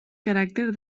caràcter